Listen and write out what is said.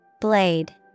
Blade